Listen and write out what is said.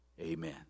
amen